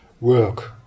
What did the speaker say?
work